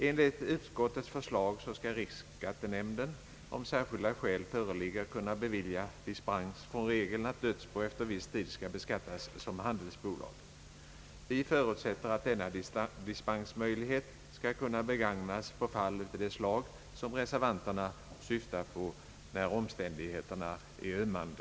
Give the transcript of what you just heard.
Enligt utskottets förslag skall riksskattenämnden, om särskilda skäl föreligger, kunna bevilja dispens från regeln att dödsbo efter viss tid skall beskattas som handelsbolag. Vi förutsätter att denna dispensmöjlighet skall kunna begagnas även i fall av det slag, som reservanterna syftar på, när omständigheterna är ömmande.